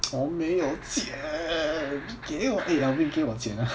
我没有钱给我 eh alvin 给我钱啊